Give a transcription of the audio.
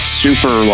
super